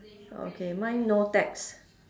okay mine no text